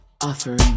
offering